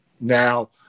now